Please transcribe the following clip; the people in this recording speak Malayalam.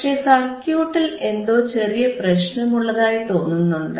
പക്ഷേ സർക്യൂട്ടിൽ എന്തോ ചെറിയ പ്രശ്നമുള്ളതായി തോന്നുന്നുണ്ട്